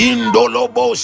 Indolobo